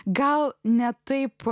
gal ne taip